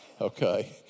Okay